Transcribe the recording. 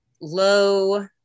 low